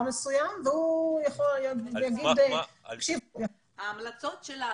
מסוים והוא יגיד --- ההמלצות שלך,